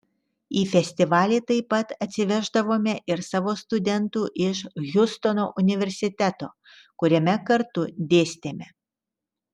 į festivalį taip pat atsiveždavome ir savo studentų iš hjustono universiteto kuriame kartu dėstėme